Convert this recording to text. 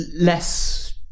less